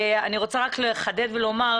אני רוצה רק לחדד ולומר,